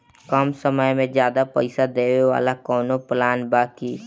कम समय में ज्यादा पइसा देवे वाला कवनो प्लान बा की?